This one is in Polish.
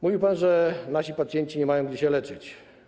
Mówił pan, że nasi pacjenci nie mają gdzie się leczyć.